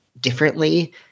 differently